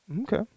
Okay